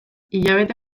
hilabete